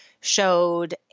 showed